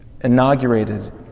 inaugurated